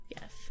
yes